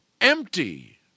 Empty